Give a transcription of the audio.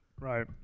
Right